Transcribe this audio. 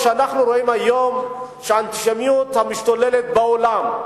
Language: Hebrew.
כשאנחנו רואים היום את האנטישמיות המשתוללת בעולם,